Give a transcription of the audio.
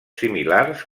similars